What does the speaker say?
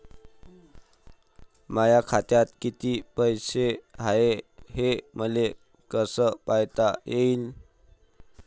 माया खात्यात कितीक पैसे हाय, हे मले कस पायता येईन?